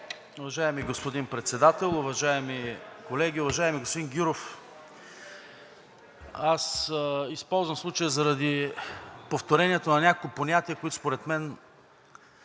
Уважаеми господин Председател, уважаеми колеги! Уважаеми господин Гюров, използвам случая заради повторението на няколко понятия, които според мен